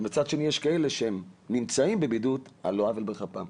ומצד שני יש כאלה שהם נמצאים בבידוד על לא עוול בכפם.